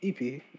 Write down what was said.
EP